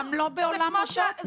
גם לא בעולם אוטופי.